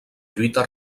lluita